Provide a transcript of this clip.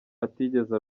atigeze